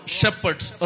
shepherds